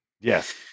Yes